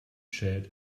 shared